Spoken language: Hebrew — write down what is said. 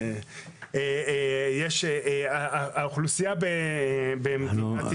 יש מדינות בעולם שקצב הגידול כבר לא קיים,